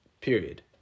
Period